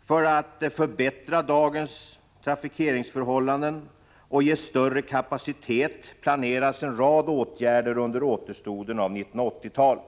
För att förbättra dagens trafikeringsförhållanden och ge större kapacitet planeras en rad åtgärder under återstoden av 1980-talet.